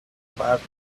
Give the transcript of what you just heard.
part